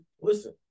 listen